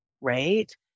right